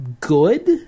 good